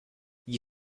gli